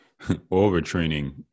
overtraining